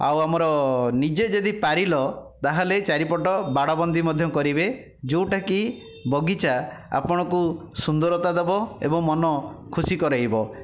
ଆଉ ଆମର ନିଜେ ଯଦି ପାରିଲ ତା'ହେଲେ ଚାରିପଟ ବାଡ଼ବନ୍ଦୀ ମଧ୍ୟ କରିବେ ଯେଉଁଟାକି ବଗିଚା ଆପଣଙ୍କୁ ସୁନ୍ଦରତା ଦବ ଏବଂ ମନ ଖୁସି କରେଇବ